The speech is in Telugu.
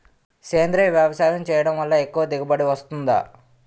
సేంద్రీయ వ్యవసాయం చేయడం వల్ల ఎక్కువ దిగుబడి వస్తుందా?